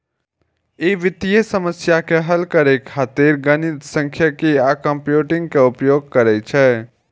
ई वित्तीय समस्या के हल करै खातिर गणित, सांख्यिकी आ कंप्यूटिंग के उपयोग करै छै